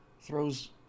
throws